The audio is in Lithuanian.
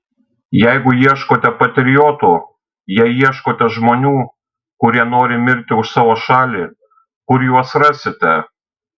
jeigu ieškote patriotų jei ieškote žmonių kurie nori mirti už savo šalį kur juos rasite